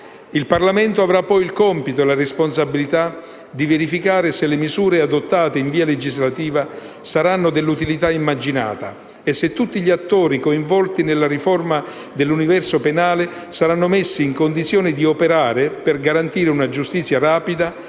Il Parlamento avrà poi il compito e la responsabilità di verificare se le misure adottate in via legislativa saranno dell'utilità immaginata e se tutti gli attori coinvolti nella riforma dell'universo penale saranno messi nelle condizioni di operare per garantire una giustizia rapida,